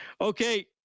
Okay